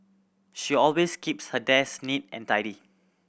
she always keeps her desk neat and tidy